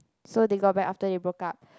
so they got back after they broke up